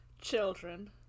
Children